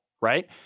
right